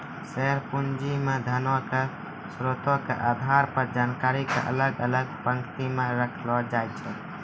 share पूंजी मे धनो के स्रोतो के आधार पर जानकारी के अलग अलग पंक्ति मे रखलो जाय छै